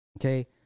Okay